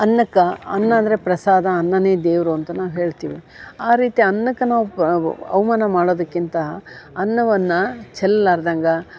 ಅನ್ನಕ್ಕೆ ಅನ್ನ ಅಂದರೆ ಪ್ರಸಾದ ಅನ್ನನೇ ದೇವರು ಅಂತ ನಾವು ಹೇಳ್ತೀವಿ ಆ ರೀತಿ ಅನ್ನಕ್ಕೆ ನಾವು ಪ ಅವಮಾನ ಮಾಡೋದಕ್ಕಿಂತ ಅನ್ನವನ್ನ ಚೆಲ್ಲಾರ್ದಂಗ